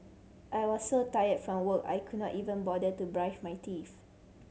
I was so tired from work I could not even bother to brush my teeth